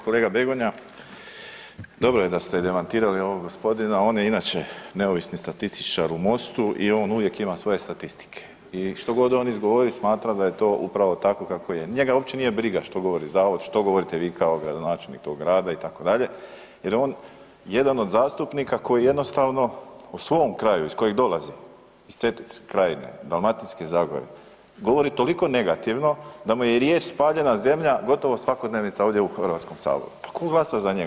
Kolega Begonja, dobro je da ste demantirali ovog gospodina, on je inače neovisno statističar u MOST-u i on uvijek ima svoje statistike i što god on izgovori smatra da je to upravo tako kako je, njega uopće nije briga što govori zavod, što govorite vi kao gradonačelnik tog grada itd. jer je on jedan od zastupnika koji jednostavno o svom kraju iz kojeg dolazi iz Cetinske krajine, Dalmatinske zagore, govori toliko negativno da mu je riječ spaljena zemlja gotovo svakodnevnica ovdje u HS, pa ko glasa za njega?